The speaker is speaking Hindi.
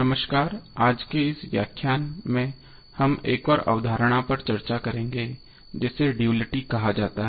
नमस्कार आज के व्याख्यान में हम एक और अवधारणा पर चर्चा करेंगे जिसे ड्युअलिटी कहा जाता है